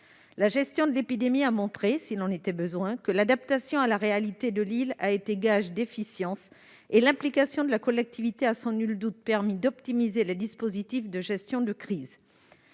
La gestion de l'épidémie a montré, s'il en était besoin, que l'adaptation à la réalité de l'île a été gage d'efficacité et l'implication de la collectivité a sans nul doute permis d'optimiser les dispositifs de gestion de crise.